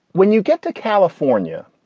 when you get to california,